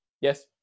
Yes